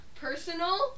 personal